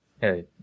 Hey